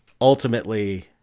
ultimately –